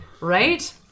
Right